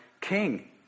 King